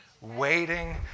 waiting